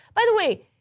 by the way,